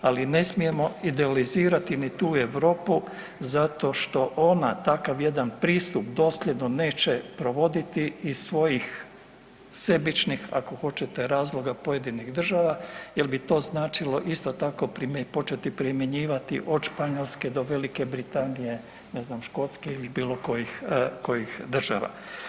Ali ne smijemo idealizirati ni tu Europu zato što ona takav jedan pristup dosljedno neće provoditi iz svojih sebičnih ako hoćete razloga pojedinih država jer bi to značilo isto tako početi primjenjivati od Španjolske do Velike Britanije, ne znam Škotske ili bilo kojih država.